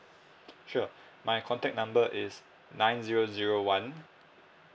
sure my contact number is nine zero zero one